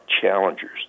challengers